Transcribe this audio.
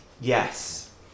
Yes